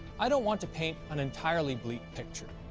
i don't want to paint an entirely bleak picture.